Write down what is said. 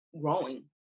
growing